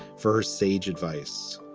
first sage advice.